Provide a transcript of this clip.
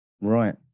Right